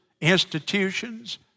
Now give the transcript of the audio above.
institutions